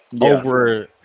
over